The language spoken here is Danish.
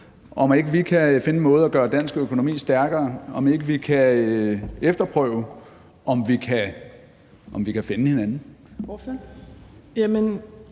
om ikke vi kan finde en måde at gøre dansk økonomi stærkere på, om ikke vi kan efterprøve, om vi kan finde hinanden.